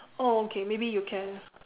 oh okay maybe you can